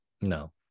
no